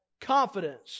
confidence